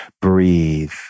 Breathe